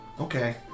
Okay